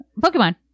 Pokemon